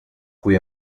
cui